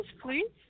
please